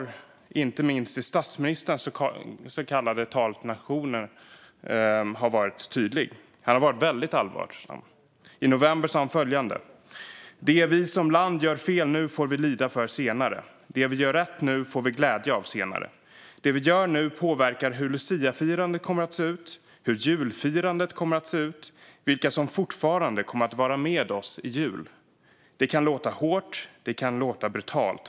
Det har varit tydligt inte minst i statsministerns så kallade tal till nationen. Han har varit väldigt allvarsam. I november sa han följande: Det vi som land gör fel nu får vi lida för senare. Det vi gör rätt nu får vi glädje av senare. Det vi gör nu påverkar hur luciafirandet kommer att se ut, hur julfirandet kommer att se ut och vilka som fortfarande kommer att vara med oss i jul. Det kan låta hårt, och det kan låta brutalt.